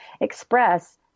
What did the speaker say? express